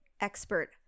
expert